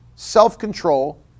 Self-control